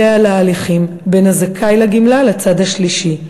על ההליכים בין הזכאי לגמלה לצד השלישי.